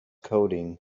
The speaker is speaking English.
coding